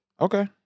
Okay